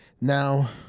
now